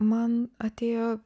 man atėjo